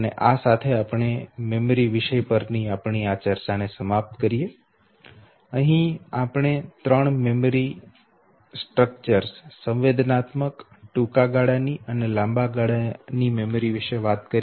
અને આ સાથે આપણે મેમરી વિષય પરની આપણી ચર્ચાને સમાપ્ત કરીએ અહી આપણે ત્રણ મેમરી સ્ટ્રક્ચર્સ સંવેદનાત્મક ટૂંકા ગાળા ની અને લાંબા ગાળા ની મેમરી વિષે વાત કરી